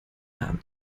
namen